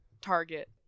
Target